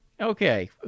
Okay